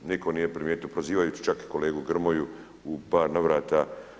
Nitko nije primijetio prozivajući čak i kolegu Grmoju u par navrata.